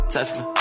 Tesla